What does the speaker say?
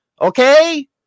okay